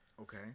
Okay